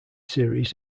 series